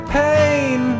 pain